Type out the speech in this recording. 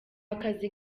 akazi